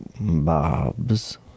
Bob's